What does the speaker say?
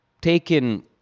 taken